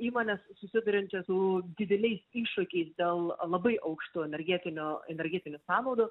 įmonės susiduriančios su dideliais iššūkiais dėl labai aukšto energetinio energetinių sąnaudų